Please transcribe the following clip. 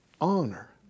honor